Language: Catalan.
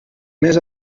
més